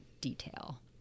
detail